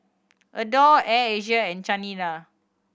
Adore Air Asia and Chanira